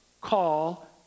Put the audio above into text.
call